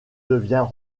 devient